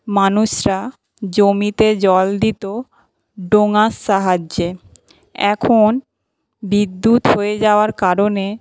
মানুষরা জমিতে জল দিত ডোঙার সাহায্যে এখন বিদ্যুৎ হয়ে যাওয়ার কারণে